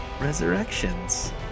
Resurrections